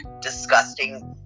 disgusting